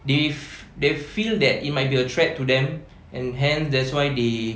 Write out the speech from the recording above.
if they feel that it might be a threat to them hence that's why they